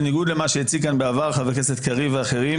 בניגוד למה שהציג כאן בעבר חבר הכנסת קריב ואחרים,